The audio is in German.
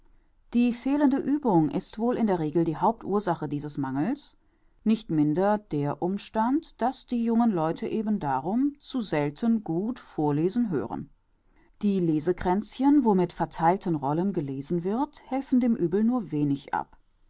die fehlende uebung ist wohl in der regel die hauptursache dieses mangels nicht minder der umstand daß die jungen leute eben darum zu selten gut vorlesen hören die lesekränzchen wo mit vertheilten rollen gelesen wird helfen dem uebel nur wenig ab